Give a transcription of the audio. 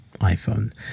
iPhone